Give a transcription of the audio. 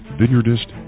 vineyardist